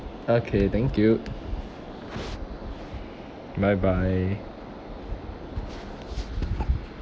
okay thank you